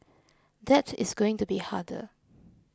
that is going to be harder